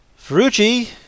Ferrucci